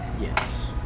Yes